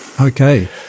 Okay